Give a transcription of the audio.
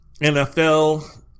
NFL